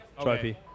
trophy